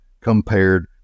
compared